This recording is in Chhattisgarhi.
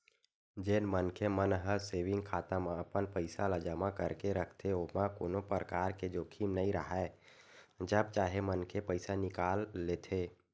जेन मनखे मन ह सेंविग खाता म अपन पइसा ल जमा करके रखथे ओमा कोनो परकार के जोखिम नइ राहय जब चाहे मनखे पइसा निकाल लेथे